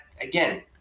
again